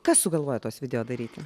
kas sugalvojo tuos video daryti